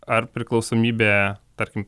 ar priklausomybė tarkim